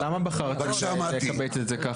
תומר, למה בחרת לקבץ את זה ככה?